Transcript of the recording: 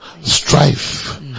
strife